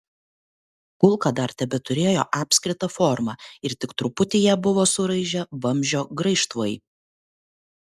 kulka dar tebeturėjo apskritą formą ir tik truputį ją buvo suraižę vamzdžio graižtvai